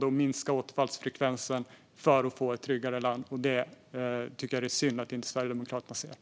Det handlar om att minska återfallsfrekvensen för att vi ska få ett tryggare land. Jag tycker att det är synd att Sverigedemokraterna inte ser det.